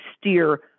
steer